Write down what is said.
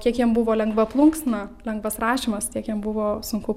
kiek jam buvo lengva plunksna lengvas rašymas tiek jam buvo sunku